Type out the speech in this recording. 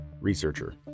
Researcher